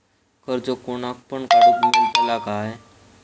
कर्ज कोणाक पण काडूक मेलता काय?